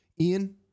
Ian